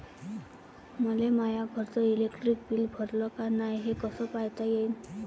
मले माया घरचं इलेक्ट्रिक बिल भरलं का नाय, हे कस पायता येईन?